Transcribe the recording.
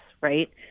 right